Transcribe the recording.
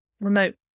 remote